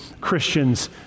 Christians